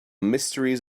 mysteries